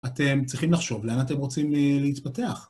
אתם צריכים לחשוב לאן אתם רוצים להתפתח.